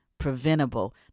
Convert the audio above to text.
preventable